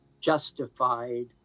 justified